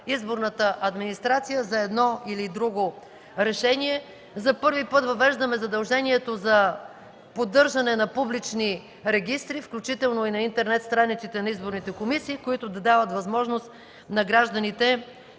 изборната администрация за едно или друго решение. За първи път въвеждаме задължението за поддържане на публични регистри, включително и на интернет страниците на изборните комисии, които да дават възможност на гражданите